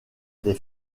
des